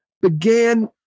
began